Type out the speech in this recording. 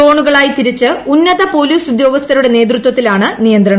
സോണുകളായി തിരിച്ച് ഉന്നത പോലീസ് ഉദ്യോഗസ്ഥരുടെ നേതൃത്വത്തിലാണ് നിയന്ത്രണം